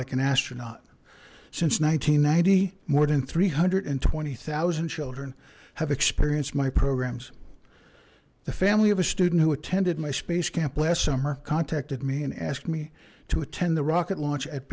like an astronaut since one thousand nine hundred and ninety more than three hundred and twenty thousand children have experienced my programs the family of a student who attended my space camp last summer contacted me and asked me to attend the rocket launch at